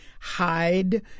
hide